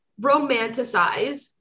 romanticize